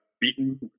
beaten